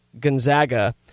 Gonzaga